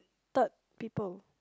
third people